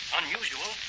unusual